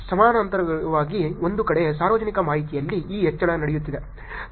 ಸಮಾನಾಂತರವಾಗಿ ಒಂದು ಕಡೆ ಸಾರ್ವಜನಿಕ ಮಾಹಿತಿಯಲ್ಲಿ ಈ ಹೆಚ್ಚಳ ನಡೆಯುತ್ತಿದೆ